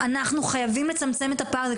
אנחנו חייבים לצמצם את הפער הזה.